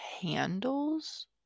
handles